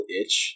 itch